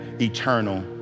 eternal